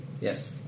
Yes